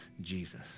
Jesus